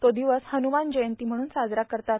तो दिवस हनुमान जयंती म्हणून साजरा करतात